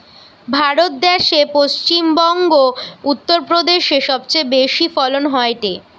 ভারত দ্যাশে পশ্চিম বংগো, উত্তর প্রদেশে সবচেয়ে বেশি ফলন হয়টে